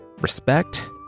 respect